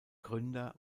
gründer